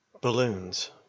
Balloons